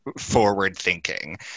forward-thinking